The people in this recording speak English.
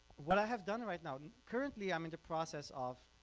what i have done right now currently i'm in the process of